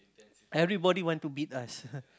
everybody want to beat us